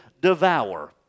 devour